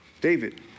David